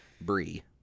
Brie